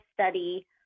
study